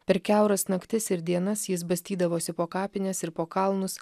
per kiauras naktis ir dienas jis bastydavosi po kapines ir po kalnus